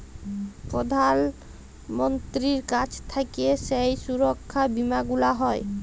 প্রধাল মন্ত্রীর কাছ থাক্যে যেই সুরক্ষা বীমা গুলা হ্যয়